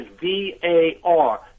v-a-r